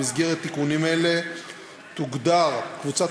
במסגרת התיקונים האלה תוגדר קבוצת